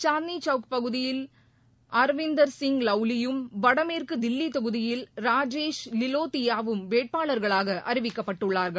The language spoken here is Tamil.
சாந்தினி சவுக் தொகுதியில் அரவிந்தர் சிங் லவுலியும் வடமேற்கு தில்லி தொகுதியில் ராஜேஷ் லிலோத்தியாவும் வேட்பாளர்களாக அறிவிக்கப்பட்டுள்ளார்கள்